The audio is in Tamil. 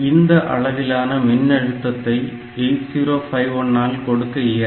இந்த அளவிலான மின்னழுத்தத்தை 8051 ஆல் கொடுக்க இயலாது